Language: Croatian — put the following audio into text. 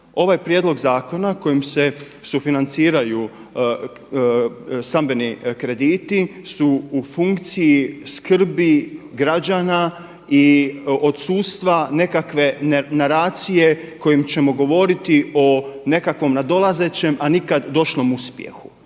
Ovaj prijedlog zakona kojim se sufinanciraju stambeni krediti su u funkciji skrbi građana i odsustva nekakve naracije kojim ćemo govoriti o nekakvom nadolazećem a nikad došlom uspjehu.